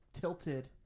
tilted